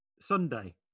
sunday